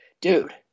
dude